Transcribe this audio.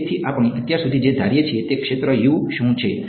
તેથી આપણે અત્યાર સુધી જે ધારીએ છીએ તે ક્ષેત્ર શું છે